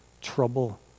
trouble